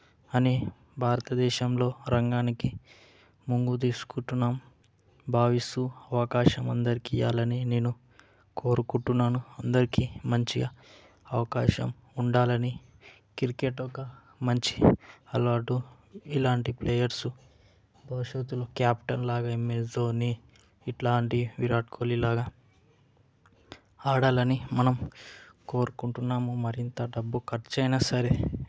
అని భారత దేశంలో రంగానికి ముందు తీసుకుంటున్నాము భావిస్తూ అవకాశం అందరికీ ఇవ్వాలని నేను కోరుకుంటున్నాను అందరికీ మంచిగా అవకాశం ఉండాలని క్రికెట్ ఒక మంచి అలవాటు ఇలాంటి ప్లేయర్స్ భవిష్యత్తులో కెప్టెన్ లాగా ఎంఎస్ ధోని ఇట్లాంటి విరాట్ కొహ్లీ లాగా ఆడాలని మనం కోరుకుంటున్నాము మరింత డబ్బు ఖర్చైనా సరే